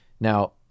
Now